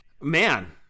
Man